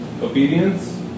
Obedience